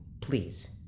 Please